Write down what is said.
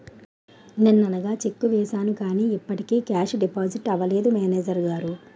నిన్ననగా చెక్కు వేసాను కానీ ఇప్పటికి కేషు డిపాజిట్ అవలేదు మేనేజరు గారు